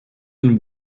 and